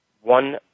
One